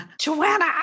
Joanna